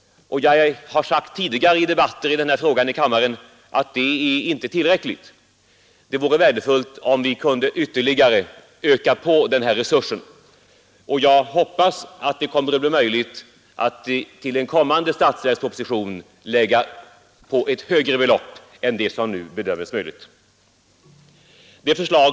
Men jag har sagt tidigare i debatter i denna fråga i kammaren att det inte är tillräckligt. Det vore värdefullt om vi kunde öka resurserna ytterligare, och jag hoppas att det blir möjligt att i en kommande statsverksproposition lägga på ett högre belopp än vad som nu bedöms möjligt.